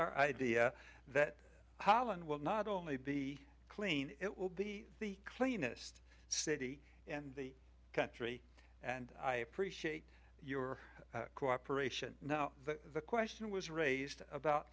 our idea that holland will not only be clean it will be the cleanest city and the country and i appreciate your cooperation now that the question was raised about